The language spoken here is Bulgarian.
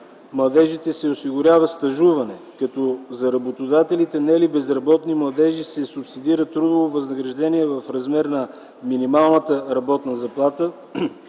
младежите се осигурява стажуване, като за работодателите, наели безработни младежи, се субсидира трудово възнаграждение в размер на минималната работна заплата